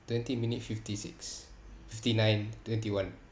twenty minute fifty six fifty nine thirty one